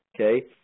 Okay